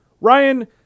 Ryan